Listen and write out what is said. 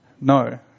No